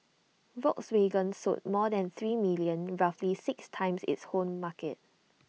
Volkswagen sold more than three million roughly six times its home market